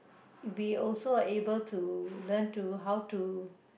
we also able to learn to how to